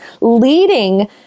leading